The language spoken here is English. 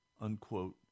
unquote